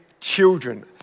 children